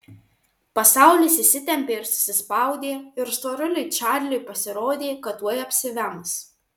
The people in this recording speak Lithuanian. pasaulis išsitempė ir susispaudė ir storuliui čarliui pasirodė kad tuoj apsivems